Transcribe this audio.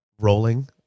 Rolling